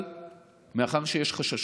אבל מאחר שיש חששות,